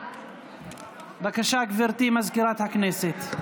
בבקשה, גברתי מזכירת הכנסת.